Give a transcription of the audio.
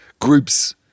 groups